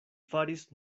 faris